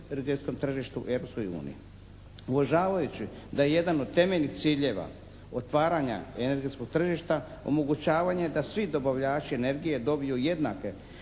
energetskom tržištu u Europskoj uniji. Uvažavajući da je jedan od temeljnih ciljeva otvaranja energetskog tržišta omogućavanje da svi dobavljači energije dobiju jednake